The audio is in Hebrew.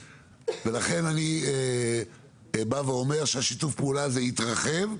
לכן אני בא ואומר, ששיתוף הפעולה הזה יתרחב.